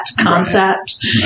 concept